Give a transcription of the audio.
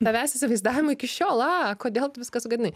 tavęs įsivaizdavimu iki šiol a kodėl tu viską sugadinai